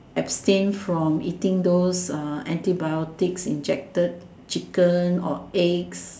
abstain from eating those antibiotics injected chicken or eggs